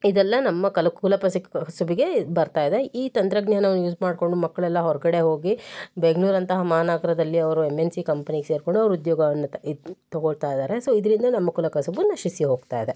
ಇದೆಲ್ಲ ನಮ್ಮ ಕಲ ಕುಲ ಕಸುಬಿಗೆ ಬರ್ತಾ ಇದೆ ಈ ತಂತ್ರಜ್ಞಾವನ್ನು ಯೂಸ್ ಮಾಡಿಕೊಂಡು ಮಕ್ಕಳೆಲ್ಲ ಹೊರಗಡೆ ಹೋಗಿ ಬೆಂಗ್ಳೂರು ಅಂತಹ ಮಹಾನಗರದಲ್ಲಿ ಅವರು ಎಮ್ ಎನ್ ಸಿ ಕಂಪ್ನಿಗೆ ಸೇರಿಕೊಂಡು ಅವ್ರು ಉದ್ಯೋಗವನ್ನು ತಗೊಳ್ತಾ ಇದ್ದಾರೆ ಸೊ ಇದರಿಂದ ನಮ್ಮ ಕುಲಕಸುಬು ನಶಿಸಿ ಹೋಗ್ತಾ ಇದೆ